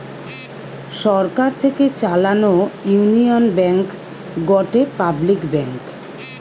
সরকার থেকে চালানো Union Bank গটে পাবলিক ব্যাঙ্ক